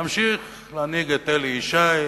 להמשיך להנהיג את אלי ישי,